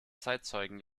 zeitzeugen